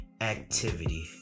activity